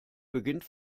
beginnt